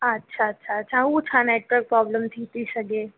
अच्छा अच्छा उहो छा नेटवर्क प्रोब्लम थी थी सघे